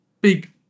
big